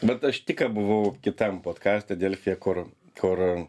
vat aš tik ką buvau kitam podkaste delfyje kur kur